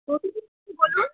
রোজই দিচ্ছি বলুন